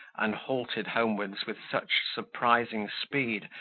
and halted homewards with such surprising speed,